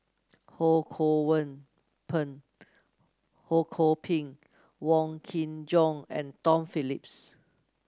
Ho Kwon Ho Kwon Ping Wong Kin Jong and Tom Phillips